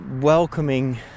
welcoming